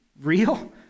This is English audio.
real